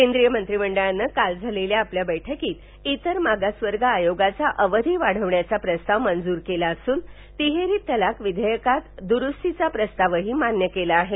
केंद्रीय मंत्रीमंडळानं काल मालेल्या आपल्या वैठकीत इतर मागासवर्गं आयोगाचा अवधी बाढवण्याचा प्रस्ताव मंजूर केला असून तिहेरी तलाक विश्वेषकात दुरुस्तीचा प्रस्तावही मान्य केला आहे